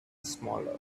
smaller